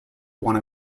one